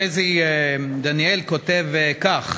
חזי דניאל כותב כך: